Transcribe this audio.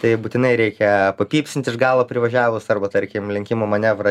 tai būtinai reikia pypsint iš galo privažiavus arba tarkim lenkimo manevrą